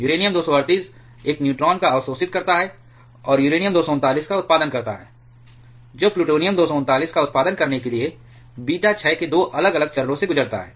uranium 238 एक neutron को अवशोषित करता है और यूरेनियम 239 का उत्पादन करता है जो प्लूटोनियम 239 का उत्पादन करने के लिए बीटा क्षय के 2 अलग अलग चरणों से गुजरता है